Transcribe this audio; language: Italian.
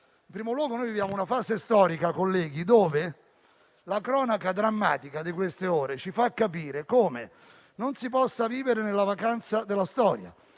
In primo luogo, noi viviamo una fase storica in cui la cronaca drammatica di queste ore ci fa capire come non si possa vivere nella vacanza della storia.